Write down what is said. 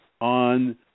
on